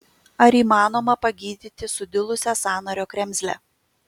ar įmanoma pagydyti sudilusią sąnario kremzlę